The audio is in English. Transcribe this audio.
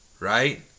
right